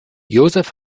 josef